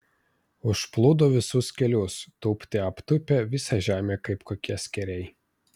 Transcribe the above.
užplūdo visus kelius tūpte aptūpė visą žemę kaip kokie skėriai